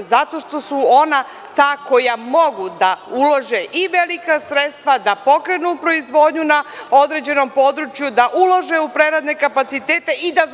Zato što su ona ta koja mogu da ulože i velika sredstva, da pokrenu proizvodnju na određenom području, da ulože u preradne kapacitete i da